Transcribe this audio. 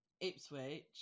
Ipswich